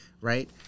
right